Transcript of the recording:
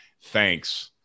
Thanks